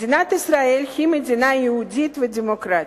מדינת ישראל היא מדינה יהודית ודמוקרטית.